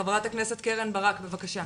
חברת הכנסת קרן ברק, בבקשה.